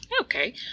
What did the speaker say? Okay